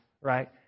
right